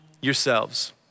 yourselves